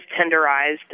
tenderized